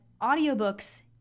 audiobooks